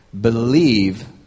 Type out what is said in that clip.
believe